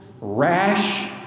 rash